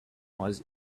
was